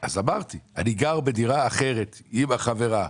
אז אמרתי, אני גר בדירה אחרת, עם החברה,